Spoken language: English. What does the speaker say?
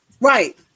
Right